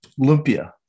Lumpia